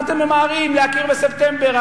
מה אתם ממהרים להכיר בספטמבר,